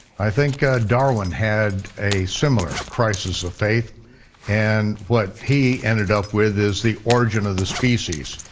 i think darwin had a similar crisis of faith and what he ended up with is the origin of the species,